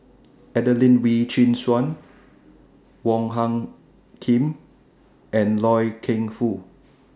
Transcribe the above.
Adelene Wee Chin Suan Wong Hung Khim and Loy Keng Foo